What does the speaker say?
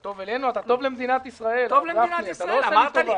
טוב למדינת ישראל, לא אלינו.